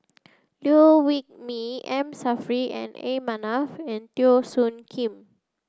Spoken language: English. Liew Wee Mee M Saffri A Manaf and Teo Soon Kim